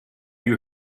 you